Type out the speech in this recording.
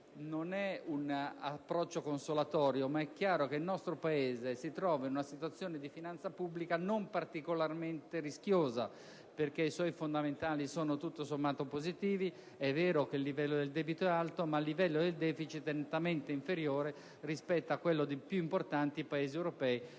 non è un approccio consolatorio, ma è chiaro che il nostro Paese si trova in una situazione di finanza pubblica non particolarmente rischiosa, perché i suoi fondamentali sono tutto sommato positivi. È vero che il livello del debito è alto, ma il livello del deficit è nettamente inferiore rispetto a quello dei più importanti Paesi europei